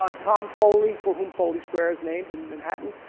ah tom foley for whom foley's square is named in manhattan,